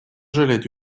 жалеть